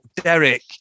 Derek